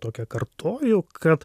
tokią kartoju kad